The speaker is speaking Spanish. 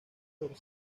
dorsal